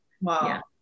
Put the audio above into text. wow